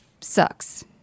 sucks